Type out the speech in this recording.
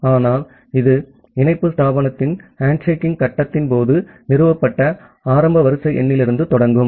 ஆனால் இது இணைப்பு ஸ்தாபனத்தின் ஹான்ஸேக்கிங் கட்டத்தின் போது நிறுவப்பட்ட ஆரம்ப வரிசை எண்ணிலிருந்து தொடங்குவோம்